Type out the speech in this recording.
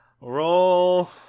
Roll